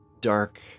dark